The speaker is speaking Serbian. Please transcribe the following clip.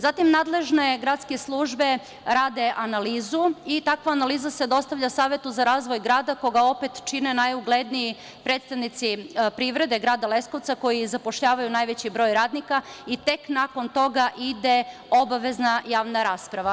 Zatim, nadležne gradske službe rade analizu i takva analiza se dostavlja Savetu za razvoj grada, koga opet čine najugledniji predstavnici privrede grada Leskovca koji zapošljavaju najveći broj radnika i tek nakon toga ide obavezna javna rasprava.